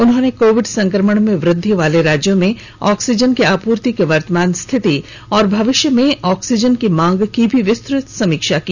उन्होंने कोविड संक्रमण में वृद्धि वाले राज्यों में ऑक्सीजन की आपूर्ति की वर्तमान रिथति और भविष्य में ऑक्सीजन की मांग की भी विस्तृत समीक्षा की